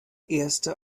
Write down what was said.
erste